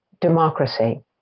democracy